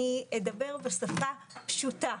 אדבר בשפה פשוטה.